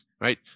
right